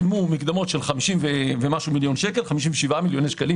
שילמו מקדמות של 57.9 מיליון שקל,